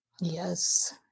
Yes